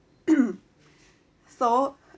so